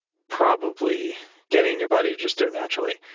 probably getting your body to just do it naturally.